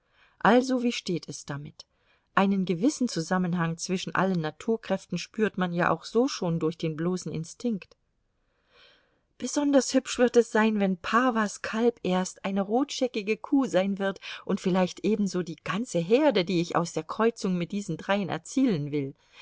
also wie steht es damit einen gewissen zusammenhang zwischen allen naturkräften spürt man ja auch so schon durch den bloßen instinkt besonders hübsch wird es sein wenn pawas kalb erst eine rotscheckige kuh sein wird und vielleicht ebenso die ganze herde die ich aus der kreuzung mit diesen dreien erzielen will